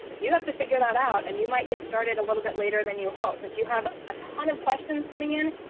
you have to figure that out. and you might get started a little bit later than you hope. if you have a ton of questions coming in,